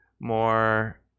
more –